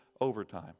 overtime